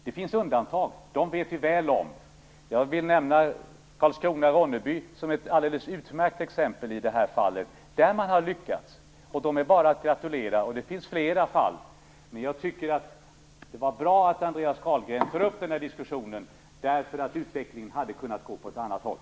Det finns undantag, och de känner vi väl till. Jag vill nämna Karlskrona/Ronneby som ett alldeles utmärkt exempel i detta fall, där man har lyckats, och det är bara att gratulera. Det finns flera fall. Men jag tycker att det var bra att Andreas Carlgren tog upp denna diskussion, därför att utvecklingen hade kunnat gå åt ett annat håll.